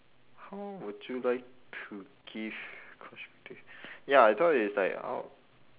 how would you like to give constructive ya I thought it's like how